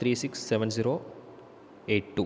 three six seven zero eight two